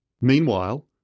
Meanwhile